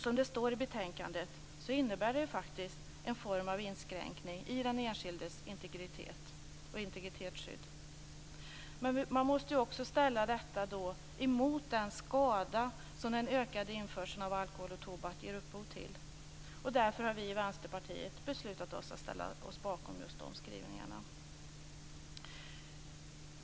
Som det står i betänkandet innebär det faktiskt en form av inskränkning i den enskildes integritetsskydd. Man måste dock ställa detta mot den skada som den ökade införseln av alkohol och tobak ger upphov till. Därför har vi i Vänsterpartiet beslutat oss för att ställa oss bakom dessa skrivningar.